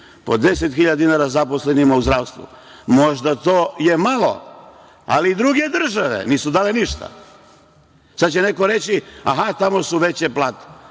po 10.000 dinara zaposlenima u zdravstvu. Možda je to malo, ali druge države nisu dale ništa. Sada će neko reći – aha, tamo su veće plate.